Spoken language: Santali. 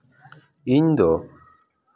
ᱤᱧᱫᱚ